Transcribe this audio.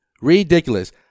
Ridiculous